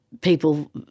people